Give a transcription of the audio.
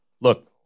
Look